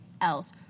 else